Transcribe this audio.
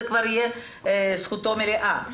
זה כבר זכותו המלאה,